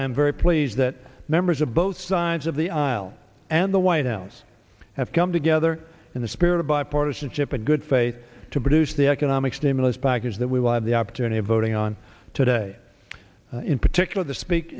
am very pleased that members of both sides of the aisle and the white house have come together in the spirit of bipartisanship and good faith to produce the economic stimulus package that we will have the opportunity of voting on today in particular the speak